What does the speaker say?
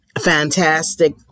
Fantastic